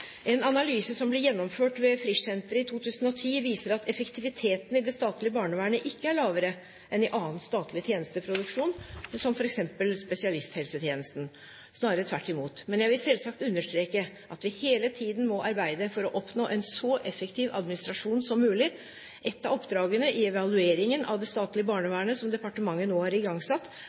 En analyse som ble gjennomført ved Frischsenteret i 2010, viser at effektiviteten i det statlige barnevernet ikke er lavere enn i annen statlig tjenesteproduksjon, som f.eks. spesialisthelsetjenesten – snarere tvert imot. Men jeg vil selvsagt understreke at vi hele tiden må arbeide for å oppnå en så effektiv administrasjon som mulig. Ett av oppdragene i evalueringen av det statlige barnevernet, som departementet nå har igangsatt,